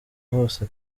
hose